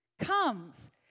comes